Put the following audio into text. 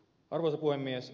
arvoisa puhemies